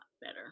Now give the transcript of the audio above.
better